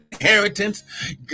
inheritance